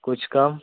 कुछ कम